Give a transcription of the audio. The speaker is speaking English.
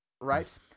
right